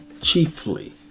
chiefly